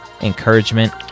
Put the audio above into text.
encouragement